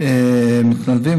בסיס מתנדבים,